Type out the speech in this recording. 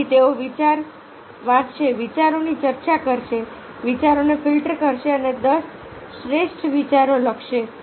ફરીથી તેઓ વિચારો વાંચશે વિચારોની ચર્ચા કરશે વિચારોને ફિલ્ટર કરશે અને દસ શ્રેષ્ઠ વિચારો લખશે